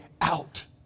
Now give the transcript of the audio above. out